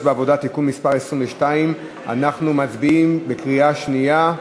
בעבודה (תיקון מס' 22). אנחנו מצביעים בקריאה שנייה.